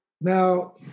Now